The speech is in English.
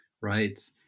right